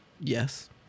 Yes